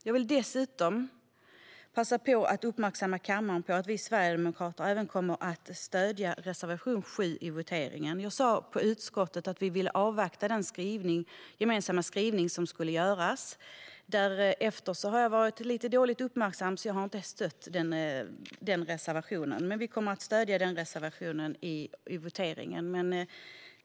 Jag vill dessutom passa på att uppmärksamma kammaren på att vi sverigedemokrater även kommer att stödja reservation 7 i voteringen. Jag sa i utskottet att vi ville avvakta den gemensamma skrivning som skulle göras. Därefter har jag varit lite dåligt uppmärksam, så jag har inte stött den reservationen. Vi kommer dock att stödja den i voteringen.